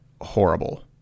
horrible